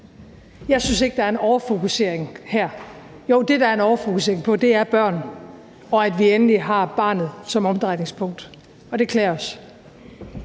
Jeg synes ikke, der er en overfokusering her. Jo, det, der er en overfokusering på, er børnene, og at vi endelig har barnet som omdrejningspunkt. Og det klæder os.